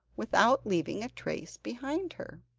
without leaving a trace behind her.